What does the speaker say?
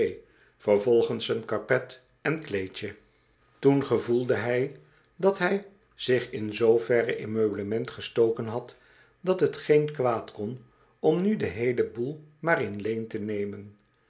vervolgens een karpet en kleedje toen gevoelde hij dat hij zich in zooverre in meublement gestoken had dat hetgeen kwaad kon om nu den heelen boel maar in leen te nemen